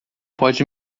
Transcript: pode